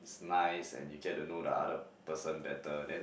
nice and you get to know the other person better then